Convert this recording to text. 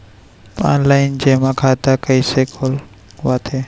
Online जेमा खाता कइसे खोलवाथे?